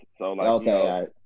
Okay